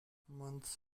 months